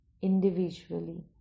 individually